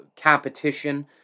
competition